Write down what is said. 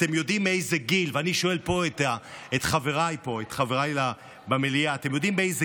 אני שואל פה את חבריי במליאה: אתם יודעים באיזה